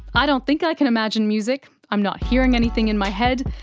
i don't think i can imagine music, i'm not hearing anything in my head',